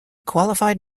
qualified